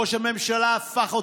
ראש הממשלה הפך אותה,